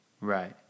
Right